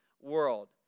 world